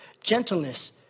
gentleness